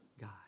God